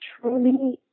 truly